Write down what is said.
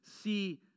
see